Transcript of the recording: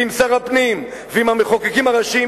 ועם שר הפנים ועם המחוקקים הראשיים,